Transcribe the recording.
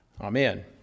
Amen